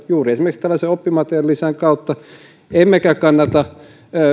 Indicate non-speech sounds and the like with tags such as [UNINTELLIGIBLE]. [UNINTELLIGIBLE] juuri tällaisen oppimateriaalilisän kautta emmekä kannata